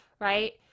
right